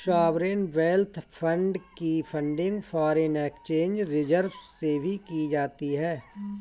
sovereign wealth fund की funding foreign exchange reserves से भी की जाती है